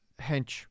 hench